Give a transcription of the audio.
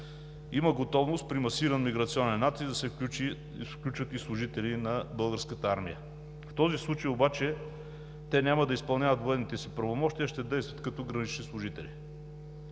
Има готовност при масиран миграционен натиск да се включат и служители на Българската армия. В този случай обаче те няма да изпълняват военните си правомощия, а ще действат като гранични служители.